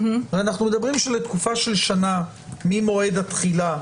הרי אנחנו מדברים על תקופה של שנה ממועד התחילה,